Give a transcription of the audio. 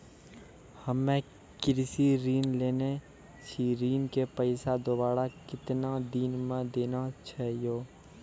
हम्मे कृषि ऋण लेने छी ऋण के पैसा दोबारा कितना दिन मे देना छै यो?